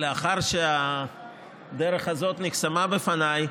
לאחר שהדרך הזאת נחסמה בפניי,